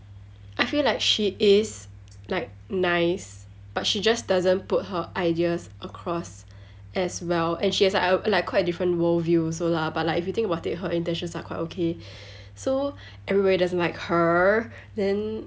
I feel like she is like nice but she just doesn't put her ideas across as well and she has a i~ like quite a different world view also lah but like if you think about it her intentions are quite okay so everybody doesn't like her then